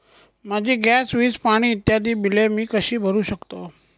माझी गॅस, वीज, पाणी इत्यादि बिले मी कशी भरु शकतो?